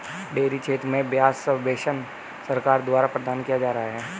dairy क्षेत्र में ब्याज सब्वेंशन सरकार द्वारा प्रदान किया जा रहा है